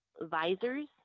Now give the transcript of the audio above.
visors